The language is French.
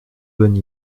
bonne